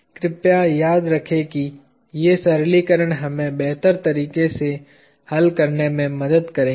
कृपया याद रखें कि ये सरलीकरण हमें बेहतर तरीके से हल करने में मदद करेंगे